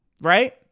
right